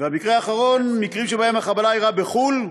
המקרה האחרון, מקרים שבהם החבלה אירעה בחו"ל,